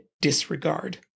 disregard